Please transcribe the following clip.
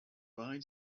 bye